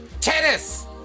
Tennis